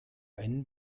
einen